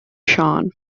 sean